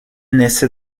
naissait